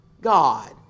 God